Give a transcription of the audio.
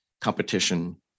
competition